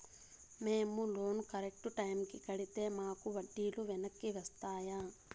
మేము loan correct టైముకి కట్టితే మాకు వడ్డీ లు వెనక్కి వస్తాయా?